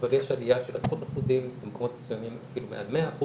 אבל יש עלייה של עשרות אחוזים במקומות מסוימים אפילו מעל 100%,